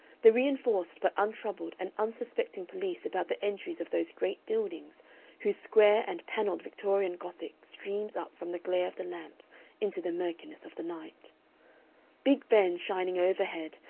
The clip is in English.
the reinforced but untroubled and unsuspecting police about the entries of those great buildings whose square and panelled victorian gothic streams up from the glare of the lamps into the murkiness of the night big ben shining overhead,